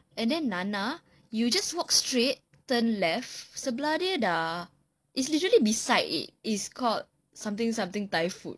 and then nana you just walk straight turn left sebelah dia sudah it's literally beside it it is called something something thai food